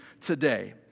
today